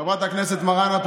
חברת הכנסת מראענה,